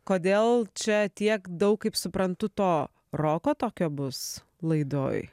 kodėl čia tiek daug kaip suprantu to roko tokio bus laidoj